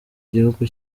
igihugu